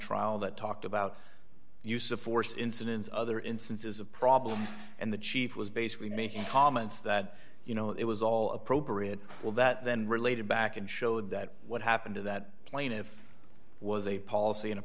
trial that talked about use of force incidents other instances of problems and the chief was basically making comments that you know it was all appropriate well that then related back and showed that what happened to that plane if was a policy and a